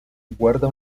guarda